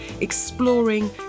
exploring